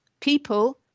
people